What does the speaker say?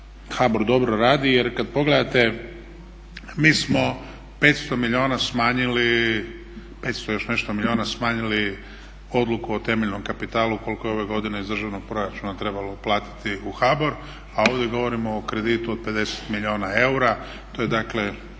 HBOR dobro radi. Jer kada pogledate mi smo 500 milijuna smanjili, 500 i još nešto milijuna smanjili odluku o temeljnom kapitalu koliko je ove godine iz državnog proračuna trebalo uplatiti u HBOR a ovdje govorimo o kreditu od 50 milijuna eura. To je dakle